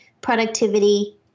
productivity